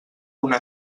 una